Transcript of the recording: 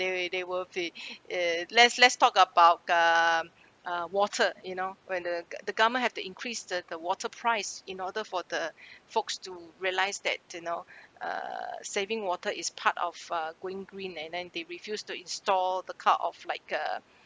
they will they will say eh let's let's talk about uh uh water you know when the the government have to increase the the water price in order for the folks to realise that you know uh saving water is part of uh going green and then they refused to install the cut of like a